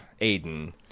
Aiden